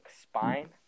spine